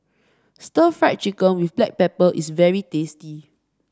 Stir Fried Chicken with Black Pepper is very tasty